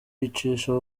yicisha